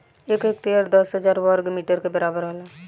एक हेक्टेयर दस हजार वर्ग मीटर के बराबर होला